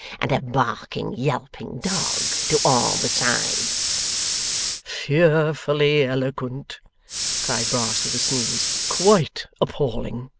and a barking yelping dog to all besides fearfully eloquent cried brass with a sneeze. quite appalling